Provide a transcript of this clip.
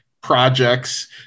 projects